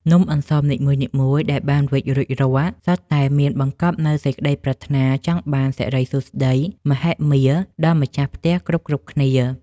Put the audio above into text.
នំអន្សមនីមួយៗដែលបានវេចរួចរាល់សុទ្ធតែមានបង្កប់នូវសេចក្ដីប្រាថ្នាចង់បានសិរីសួស្ដីមហិមាមកដល់ម្ចាស់ផ្ទះគ្រប់ៗគ្នា។